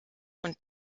und